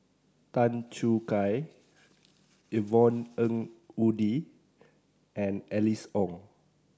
Tan Choo Kai Yvonne Ng Uhde and Alice Ong